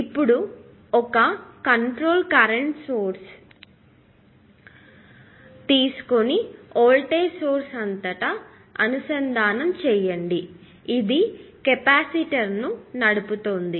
ఇప్పుడు ఒక control current source తీసుకొని వోల్టేజ్ సోర్స్ అంతటా అనుసంధానం చేయండి ఇది కెపాసిటర్ ను నడుపుతోంది